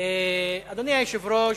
אדוני היושב-ראש,